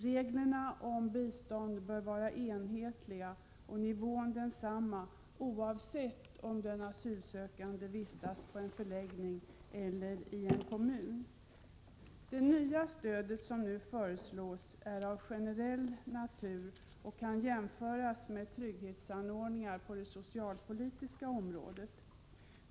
Reglerna om bistånd bör vara enhetliga och nivån densamma oavsett om den asylsökande vistas på en förläggning eller i en kommun. Det nya stöd som föreslås för asylsökande är av generell natur och kan jämföras med trygghetsanordningar på det socialpolitiska området.